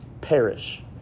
perish